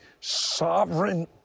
Sovereign